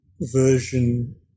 version